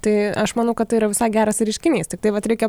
tai aš manau kad tai yra visai geras reiškinys tiktai vat reikia